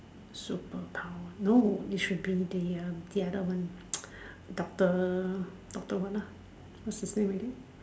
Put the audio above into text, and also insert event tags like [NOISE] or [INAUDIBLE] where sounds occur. superpower no it should be the um other one [NOISE] doctor doctor what ah what's his name again